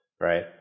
right